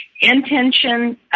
intention